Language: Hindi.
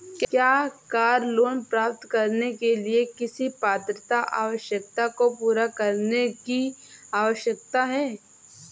क्या कार लोंन प्राप्त करने के लिए किसी पात्रता आवश्यकता को पूरा करने की आवश्यकता है?